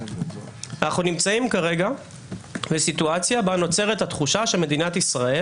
אנחנו נמצאים כרגע בסיטואציה שבה נוצרת תחושה שמדינת ישראל